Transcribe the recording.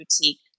boutique